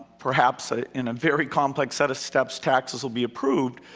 perhaps in a very complex set of steps, taxes will be approved.